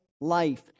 life